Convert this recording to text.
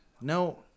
no